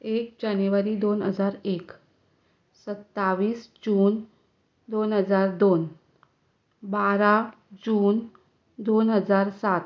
एक जानेवारी दोन हजार एक सत्तावीस जून दोन हजार दोन बारा जून दोन हजार सात